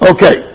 Okay